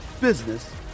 business